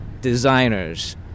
designers